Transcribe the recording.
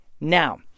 Now